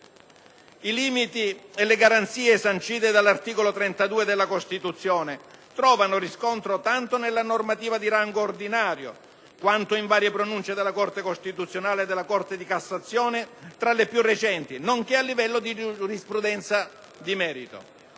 I limiti e le garanzie sancite dall'articolo 32 della Costituzione trovano riscontro tanto nella normativa di rango ordinario, quanto in diverse tra le più recenti pronunce della Corte costituzionale e della Corte di cassazione, nonché a livello di giurisprudenza di merito.